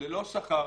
ללא שכר